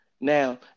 Now